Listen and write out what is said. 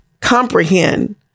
comprehend